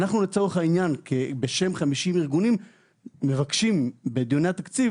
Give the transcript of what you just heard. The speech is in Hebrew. אנחנו לצורך העניין בשם 50 ארגונים מבקשים בדיוני התקציב